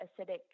acidic